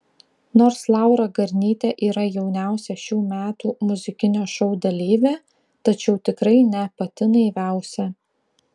nors laura garnytė yra jauniausia šių metų muzikinio šou dalyvė tačiau tikrai ne pati naiviausia